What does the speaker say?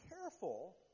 careful